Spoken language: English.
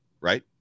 right